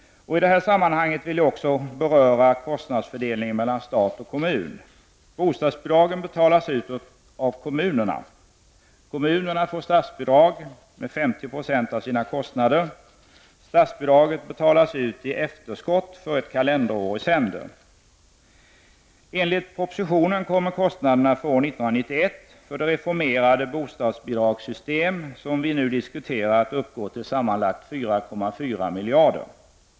I detta sammanhang vill jag också beröra kostnadsfördelningen mellan stat och kommun. Bostadsbidragen betalas ut av kommunerna. Kommunerna får statsbidrag med 50 Jo av sina kostnader. Statsbidraget betalas ut i efterskott för ett kalenderår i sänder. Enligt propositionen kommer kostnaderna för år 1991 för det reformerade bostadsbidragssystem som vi nu diskuterar att uppgå till sammanlagt 4,4 miljarder.